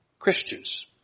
Christians